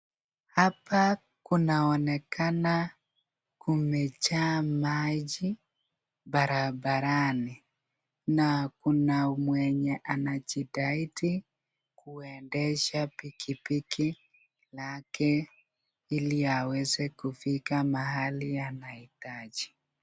Hapa kunaonekana kumejaa maji barabarani na kuna mwenye anajitahidi kuendesha pikipiki lake ili aweze kufika mahali anahitaji.